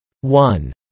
One